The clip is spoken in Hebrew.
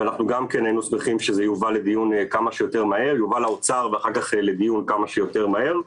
ואנחנו גם כן היינו שמחים שזה יובא לדיון כמה שיותר מהר,